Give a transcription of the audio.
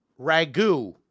ragu-